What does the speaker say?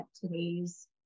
today's